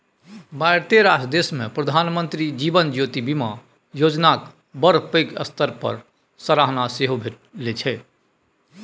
मारिते रास देशमे प्रधानमंत्री जीवन ज्योति बीमा योजनाक बड़ पैघ स्तर पर सराहना सेहो भेल छै